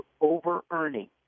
over-earning